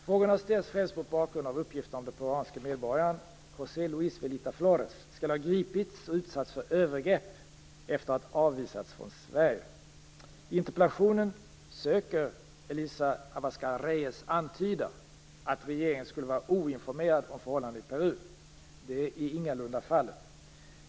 Frågorna har ställts främst mot bakgrund av uppgifterna om att den peruanske medborgaren José Luis Velita Flores skall ha gripits och utsatts för övergrepp efter att han avvisats från Sverige. I interpellationen söker Elisa Abascal Reyes antyda att regeringen skulle vara oinformerad om förhållandena i Peru. Det är ingalunda fallet.